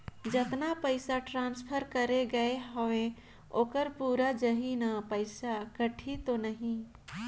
जतना पइसा ट्रांसफर करे गये हवे ओकर पूरा जाही न पइसा कटही तो नहीं?